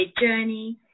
journey